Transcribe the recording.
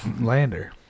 Lander